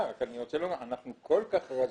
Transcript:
אבל אני רוצה לומר שאנחנו כל כך רזים.